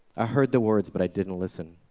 i heard the words, but i didn't listen.